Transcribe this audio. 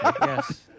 Yes